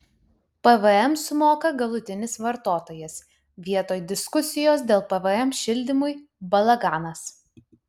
pvm sumoka galutinis vartotojas vietoj diskusijos dėl pvm šildymui balaganas